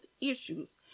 issues